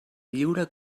lliure